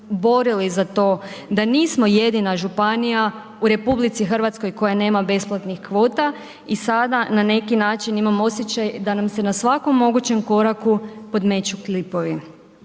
borili za to da nismo jedina županija u RH koja nema besplatnih kvota i sada na neki način imam osjećaj da nam se na svakom mogućem koraku podmeću klipovi.